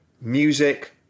music